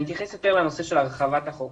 אני אתייחס יותר לנושא של הרחבת החוק.